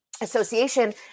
association